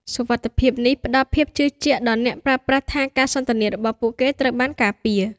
សុវត្ថិភាពនេះផ្ដល់ភាពជឿជាក់ដល់អ្នកប្រើប្រាស់ថា ការសន្ទនារបស់ពួកគេត្រូវបានការពារ។